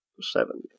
seven